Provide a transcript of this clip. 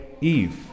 Eve